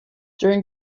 during